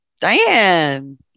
Diane